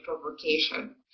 provocation